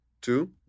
two